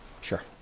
Sure